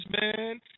man